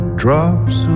drops